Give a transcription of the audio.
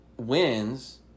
wins